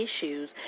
issues